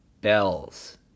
bells